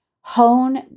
hone